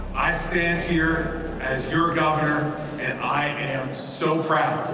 i stand here as your governor, and i am so proud